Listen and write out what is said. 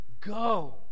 go